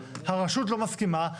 הרשות לא מסכימה,